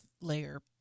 layer